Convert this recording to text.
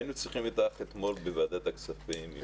היינו צריכים אותך אתמול בוועדת הכספים.